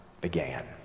began